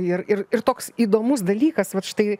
ir ir ir toks įdomus dalykas vat štai